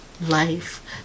life